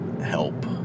help